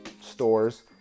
stores